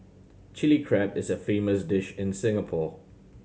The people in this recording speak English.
Chilli Crab is a famous dish in Singapore